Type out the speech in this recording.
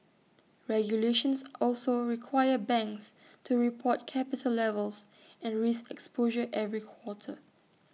regulations also require banks to report capital levels and risk exposure every quarter